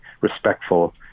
respectful